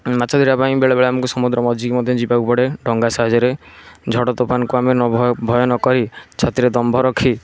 ମାଛ ଧରିବାପାଇଁ ବେଳେବେଳେ ଆମକୁ ସମୁଦ୍ର ମଝିକି ମଧ୍ୟ ଯିବାକୁ ପଡ଼େ ଡ଼ଙ୍ଗା ସାହାଯ୍ୟରେ ଝଡ଼ ତୋଫାନକୁ ଆମେ ନ ଭୟ ଭୟନକରି ଛାତିରେ ଦମ୍ଭ ରଖି